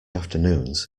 afternoons